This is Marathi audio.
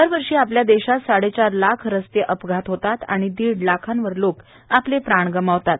दरवर्षी आपल्या देशात साडेचार लाख रस्ते अपघात होतात आणि दीड लाखांवर लोक आपले प्राण गमावतात